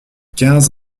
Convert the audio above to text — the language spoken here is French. quinze